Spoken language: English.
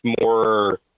more